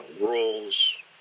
rules